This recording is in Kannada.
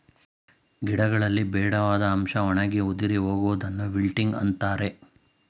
ಗಿಡಗಳಲ್ಲಿ ಬೇಡವಾದ ಅಂಶ ಒಣಗಿ ಉದುರಿ ಹೋಗುವುದನ್ನು ವಿಲ್ಟಿಂಗ್ ಅಂತರೆ